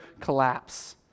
collapse